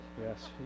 Yes